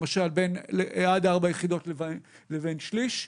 למשל בין עד ארבע יחידות לבין שליש.